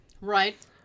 Right